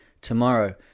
tomorrow